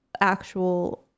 actual